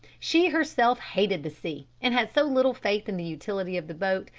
she herself hated the sea and had so little faith in the utility of the boat,